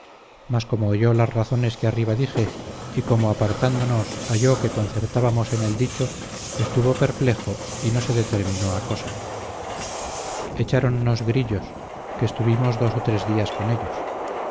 mas como oyó las razones que arriba dije y como apartándonos halló que concertábamos en el dicho estuvo perplejo y no se determinó a cosa echáronnos grillos que estuvimos dos o tres días con ellos